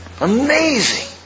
Amazing